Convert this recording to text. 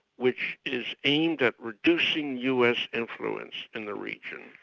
which is aimed at reducing us influence in the region,